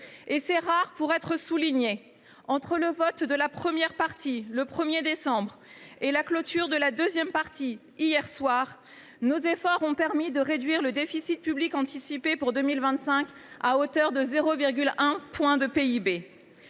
assez rare pour être souligné, entre le vote de la première partie du PLF, le 1 décembre, et la clôture de la seconde partie, la nuit dernière, nos efforts ont permis de réduire le déficit public anticipé pour 2025 à hauteur de 0,1 point de PIB.